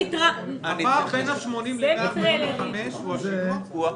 הפער בין 80 שקלים ל-145 שקלים נובע מהשינוע?